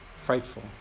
frightful